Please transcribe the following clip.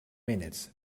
minutes